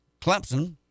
Clemson